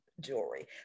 jewelry